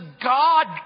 God